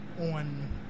on